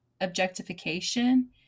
objectification